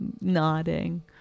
Nodding